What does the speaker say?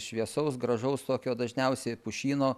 šviesaus gražaus tokio dažniausiai pušyno